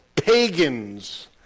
pagans